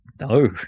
no